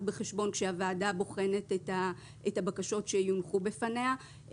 בחשבון כאשר הוועדה בוחנת את הבקשות שיונחו בפניה.